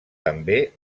també